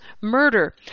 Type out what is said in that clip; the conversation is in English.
murder